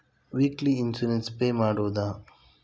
Weekly insurance pay ಮಾಡುವುದ?